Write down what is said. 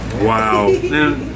Wow